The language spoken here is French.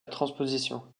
transposition